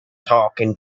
talking